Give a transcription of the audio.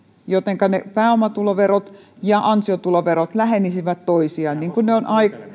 jotta ne pääomatuloverot ja ansiotuloverot lähenisivät toisiaan siten kuin ne ovat